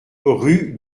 rue